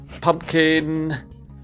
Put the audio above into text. Pumpkin